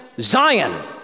Zion